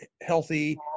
healthy